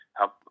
help